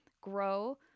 grow